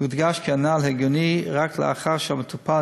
יודגש כי הנ"ל הגיוני רק לאחר שהמטופל